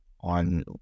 on